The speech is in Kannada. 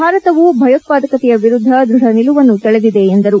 ಭಾರತವೂ ಭಯೋತ್ವಾದಕತೆಯ ವಿರುದ್ದ ದೃಢ ನಿಲುವನ್ನು ತಳೆದಿದೆ ಎಂದರು